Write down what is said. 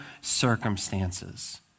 circumstances